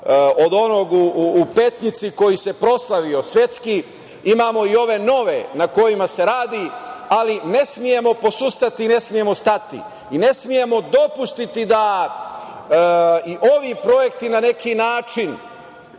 od onog u Petnici koji se svetski proslavio, imamo i ove nove na kojima se radi, ali ne smemo posustati i ne smemo stati. Ne smemo dopustiti da i ovi projekti na neki način